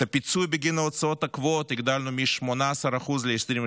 את הפיצוי בגין ההוצאות הקבועות הגדלנו מ-18% ל-22%.